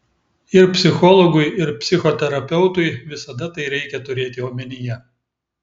ir psichologui ir psichoterapeutui visada reikia tai turėti omenyje